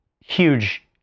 huge